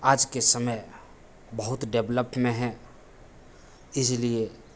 आज के समय बहुत डेवलप में है इसलिए